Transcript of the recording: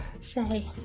say